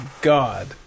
god